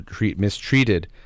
mistreated